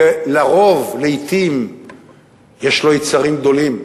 כי הרוב, לעתים יש לו יצרים גדולים.